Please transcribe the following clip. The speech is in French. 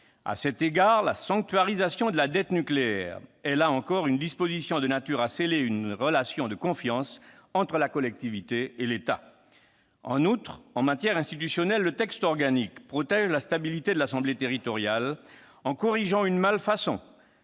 À cet égard, la sanctuarisation de la « dette nucléaire » est elle aussi une disposition de nature à sceller une relation de confiance entre la collectivité et l'État. En outre, en matière institutionnelle, le texte organique protège la stabilité de l'assemblée territoriale en corrigeant une « malfaçon